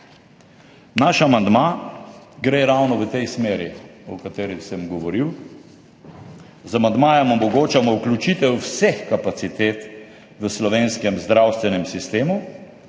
Naš amandma gre ravno v tej smeri, o kateri sem govoril. Z amandmajem omogočamo vključitev vseh kapacitet v slovenskem zdravstvenem sistemu,